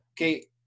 Okay